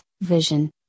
vision